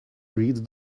read